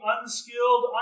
unskilled